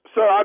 Sir